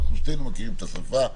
שנינו מכירים את השפה,